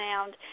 sound